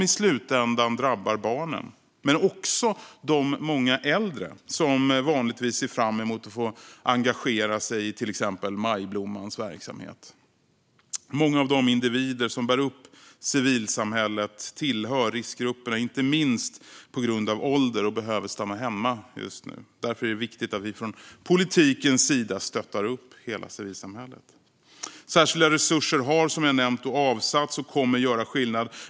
I slutändan drabbar det barnen men också de många äldre som vanligtvis ser fram emot att få engagera sig i till exempel Majblommans verksamhet. Många av de individer som bär upp civilsamhället tillhör riskgrupperna, inte minst på grund av ålder, och behöver därför stanna hemma just nu. Därför är det viktigt att vi från politikens sida stöttar upp hela civilsamhället. Särskilda resurser har, som jag nämnt, avsatts och kommer att göra skillnad.